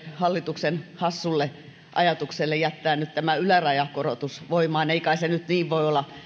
hallituksen hassusta ajatuksesta jättää nyt tämä ylärajan korotus voimaan ei kai se nyt niin voi olla